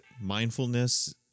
mindfulness